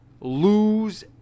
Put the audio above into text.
lose